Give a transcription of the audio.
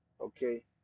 okay